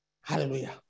Hallelujah